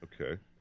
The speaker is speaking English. Okay